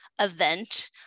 event